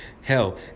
Hell